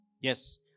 Yes